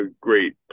great